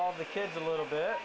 all the kids a little bit